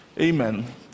Amen